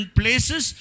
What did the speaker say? places